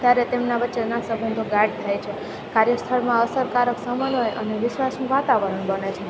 ત્યારે તેમના વચ્ચેના સબંધો ગાઢ થાય છે કાર્ય સ્થળમાં અસરકારક સબંધ હોય અને વિશ્વાસનું વાતાવરણ બને છે